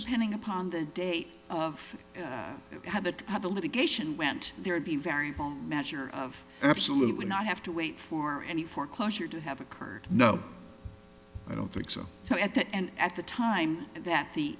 depending upon the date of how that of the litigation went there would be very measure of absolutely not have to wait for any foreclosure to have occurred no i don't think so so at the end at the time that the